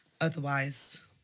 Otherwise